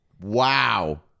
Wow